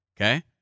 Okay